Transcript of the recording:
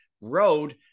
road